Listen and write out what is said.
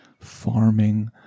farming